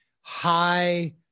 high